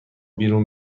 بیرون